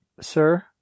sir